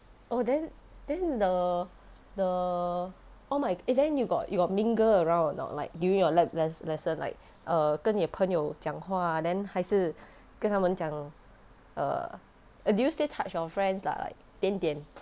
oh then then the the all my then you got you got mingle around or not like during your lab les~ lesson like err 跟你朋友讲话 then 还是跟他们讲 err do you still touch your friends lah like 点点